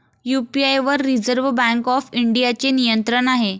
UPI वर reserve bank of इंडियाचे नियंत्रण आहे